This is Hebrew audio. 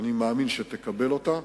ואני מאמין שהיא תקבל אותה.